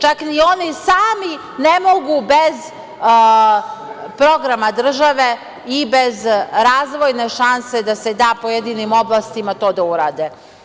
Čak ni oni sami ne mogu bez programa države i bez razvojne šanse da se da pojedinim oblastima to da urade.